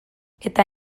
eta